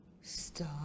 Stop